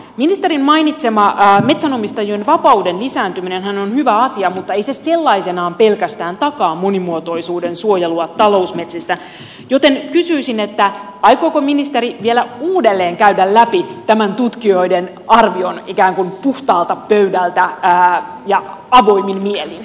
ministerin mainitsema metsänomistajien vapauden lisääntyminenhän on hyvä asia mutta ei se sellaisenaan pelkästään takaa monimuotoisuuden suojelua talousmetsistä joten kysyisin aikooko ministeri vielä uudelleen käydä läpi tämän tutkijoiden arvion ikään kuin puhtaalta pöydältä ja avoimin mielin